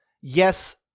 yes